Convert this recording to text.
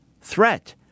threat